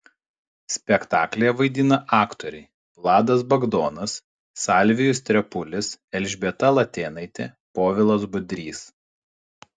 spektaklyje vaidina aktoriai vladas bagdonas salvijus trepulis elžbieta latėnaitė povilas budrys